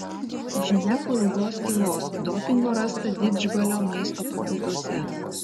žinia po ilgos tylos dopingo rasta didžbalio maisto papilduose